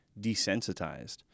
desensitized